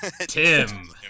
Tim